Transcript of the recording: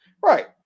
Right